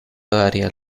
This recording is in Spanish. daría